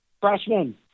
freshman